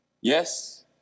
Yes